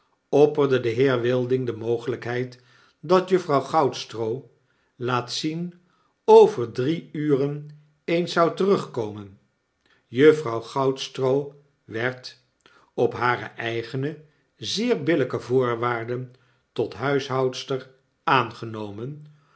opperde de heer wilding de mogelijkheid dat juffrouw goudstroo laat zien over drie uren eens zou terugkomen juffrouw goudstroo werd op hare eigene zeer billyke voorwaarden tot huishoudster aangenomen